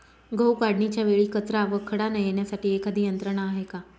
गहू काढणीच्या वेळी कचरा व खडा न येण्यासाठी एखादी यंत्रणा आहे का?